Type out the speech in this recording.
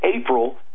April